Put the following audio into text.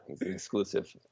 Exclusive